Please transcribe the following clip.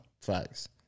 Facts